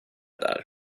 där